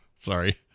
Sorry